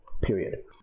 period